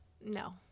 no